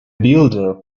builder